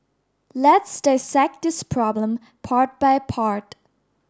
let's dissect this problem part by part